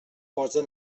posa